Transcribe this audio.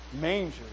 manger